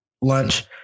lunch